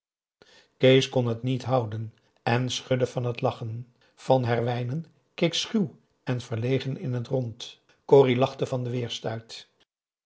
kees kon het niet houden en schudde van het lachen van herwijnen keek schuw en verlegen in het rond corrie lachte van den